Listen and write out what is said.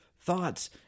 thoughts